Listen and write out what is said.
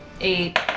eight